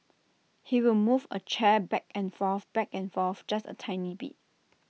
he will move A chair back and forth back and forth just A tiny bit